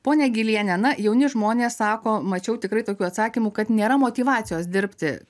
ponia giliene na jauni žmonės sako mačiau tikrai tokių atsakymų kad nėra motyvacijos dirbti